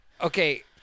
Okay